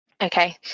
okay